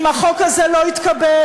אם החוק הזה לא יתקבל,